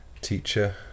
teacher